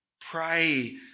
Pray